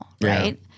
right